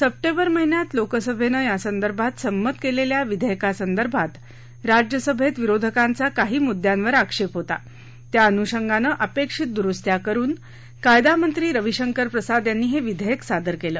सप्धिर महिन्यात लोकसभेनं यासंदर्भात संमत केलेल्या विधेयकासंदर्भात राज्यसभेत विरोधकांचा काही मुद्यांवर आक्षेप होता त्या अनुषंगानं अपेक्षित दुरुस्त्या करून कायदा मंत्री रविशंकर प्रसाद यांनी हे विधेयक सादर केलं